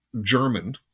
german